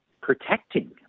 protecting